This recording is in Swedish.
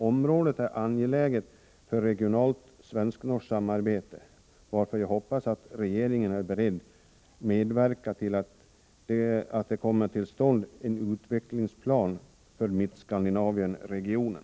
Området är angeläget för regionalt svenskt-norskt samarbete, varför jag hoppas att regeringen är beredd medverka till att det kommer till stånd en utvecklingsplan för Mittskandinavienregionen.